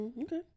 Okay